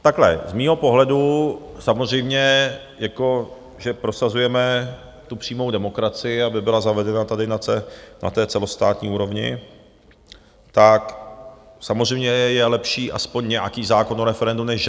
Takhle, z mého pohledu samozřejmě jako že prosazujeme tu přímou demokracii, aby byla zavedena tady na té celostátní úrovni, tak samozřejmě je lepší aspoň nějaký zákon o referendu než žádný.